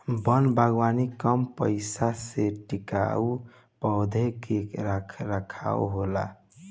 वन बागवानी कम पइसा में टिकाऊ पौधा के रख रखाव होला